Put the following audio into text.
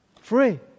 free